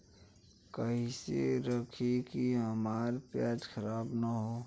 कइसे रखी कि हमार प्याज खराब न हो?